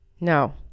No